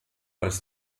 als